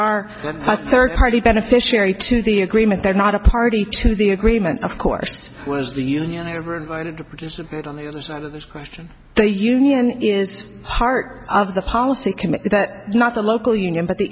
a third party beneficiary to the agreement they're not a party to the agreement of course was the union ever invited to participate on the other side of this question the union is part of the policy committee that not the local union but the